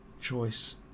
choice